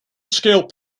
scale